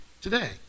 today